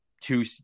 two